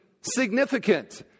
significant